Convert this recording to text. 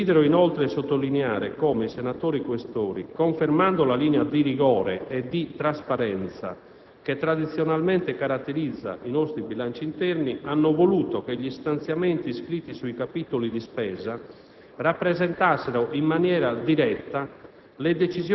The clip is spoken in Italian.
Desidero inoltre sottolineare come i senatori Questori, confermando la linea di rigore e di trasparenza che tradizionalmente caratterizza i nostri bilanci interni, hanno voluto che gli stanziamenti iscritti sui capitoli di spesa rappresentassero in maniera diretta